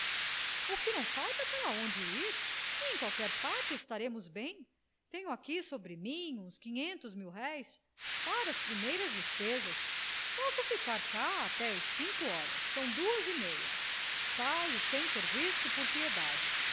o que não falta é pronde ir em qualquer parte estaremos bem tenho aqui sobre mim uns quinhentos mil-réis para as primeiras despesas posso ficar cá até às cinco horas são duas e meia saio sem ser visto por piedade